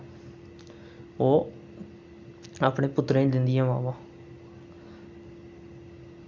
ते ओह् अपने पुत्तरें गी दिंदियां मावां